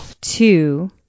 two